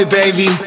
baby